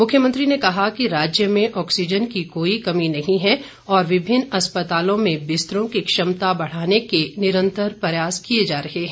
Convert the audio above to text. मुख्यमंत्री ने कहा कि राज्य में ऑक्सीज़न की कोई कमी नहीं है और विभिन्न अस्पतालों में बिस्तरों की क्षमता बढ़ाने के निरंतर प्रयास किए जा रहे हैं